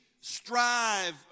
strive